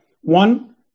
One